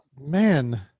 man